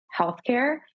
healthcare